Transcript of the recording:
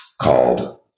called